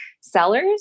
sellers